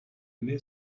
aimé